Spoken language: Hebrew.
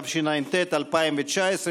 התשע"ט 2019,